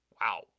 Wow